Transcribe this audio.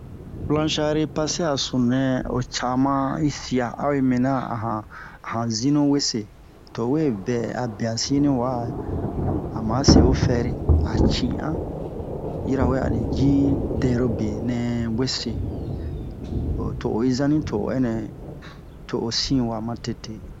Planshar-pase a sunu nɛ o cama yi sia a'o yi mina a han han zinu wese to o we bɛ a be han si ni wa ama se ho fɛri a ci a ci'an yirawe ani ji dɛrobe nɛ wese o to oyi zani to'o ɛnɛ to o sin wa ma tete